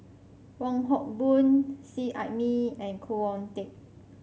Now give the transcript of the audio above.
Wong Hock Boon Seet Ai Mee and Khoo Oon Teik